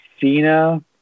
Cena